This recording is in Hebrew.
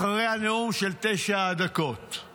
אחרי נאום של תשע דקות,